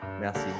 merci